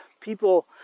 people